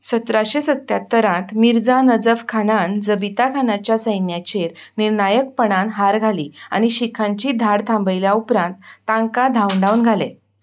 सतराशे सत्यात्तरांत मिर्झा नजफ खानान जबिता खानाच्या सैन्याचेर निर्णायकपणान हार घाली आनी शीखांची धाड थांबयल्या उपरांत तांका धांवडावन घाले